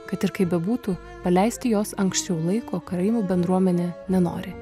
kad ir kaip bebūtų paleisti jos anksčiau laiko karaimų bendruomenė nenori